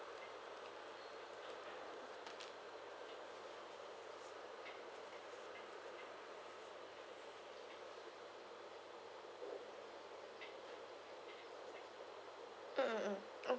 mm mm mm okay